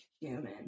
human